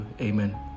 Amen